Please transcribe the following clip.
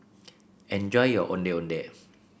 enjoy your Ondeh Ondeh